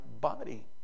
body